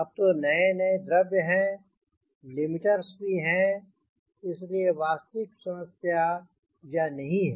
अब तो नए नए द्रव्य हैं लिमीटर्स भी हैं इसलिए वास्तविक समस्या यह नहीं है